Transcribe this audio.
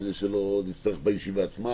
כדי שלא נצטרך להתעכב על זה בישיבה עצמה.